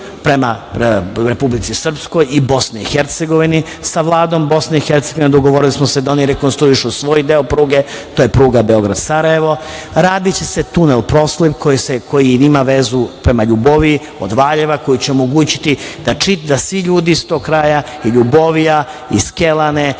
prema Republici Srpskoj i BiH.Sa Vladom BiH dogovorili smo se da oni rekonstruišu svoj deo pruge. To je pruga Beograd – Sarajevo. Radiće se tunel Proslop koji ima vezu prema Ljuboviji od Valjeva, koji će omogućiti da svi ljudi iz tog kraja, i Ljubovija i Skelane